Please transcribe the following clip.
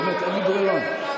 באמת, אין לי ברירה.